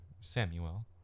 Samuel